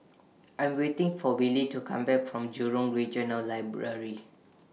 I Am waiting For Willy to Come Back from Jurong Regional Library